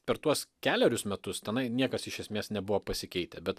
per tuos kelerius metus tenai niekas iš esmės nebuvo pasikeitę bet